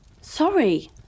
Sorry